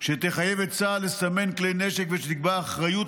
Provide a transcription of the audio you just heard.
שתחייב את צה"ל לסמן כלי נשק ותקבע אחריות